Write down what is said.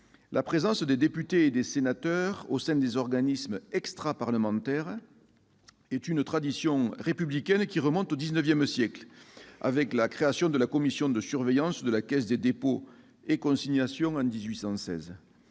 la présence de députés et de sénateurs au sein d'organismes extraparlementaires est une tradition républicaine qui remonte au XIX siècle avec la création de la commission de surveillance de la Caisse des dépôts et consignations en 1816.